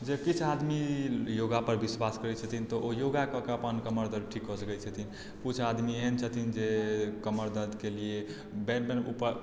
जे किछु आदमी योगा पर विश्वास करै छथिन तऽ ओ योगा कऽ कऽ अपन कमर दर्द ठीक कऽ सकै छथिन किछु आदमी एहन छथिन जे कमर दर्दकेँ लिए बेल्ट